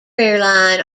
airline